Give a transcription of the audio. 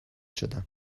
شدم